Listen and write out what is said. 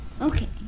Okay